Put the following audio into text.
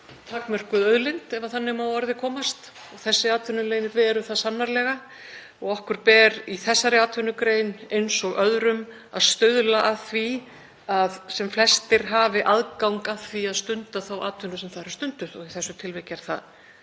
takmörkuð auðlind ef þannig má að orði komast. Þessi atvinnuleyfi eru það sannarlega og okkur ber, í þessari atvinnugrein eins og öðrum, að stuðla að því að sem flestir hafi aðgang að því að stunda þá atvinnu sem þar er stunduð og í þessu tilviki er það